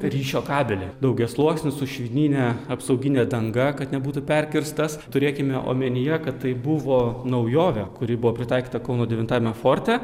ryšio kabeliai daugiasluoksnis su švinine apsaugine danga kad nebūtų perkirstas turėkime omenyje kad tai buvo naujovė kuri buvo pritaikyta kauno devintajame forte